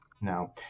Now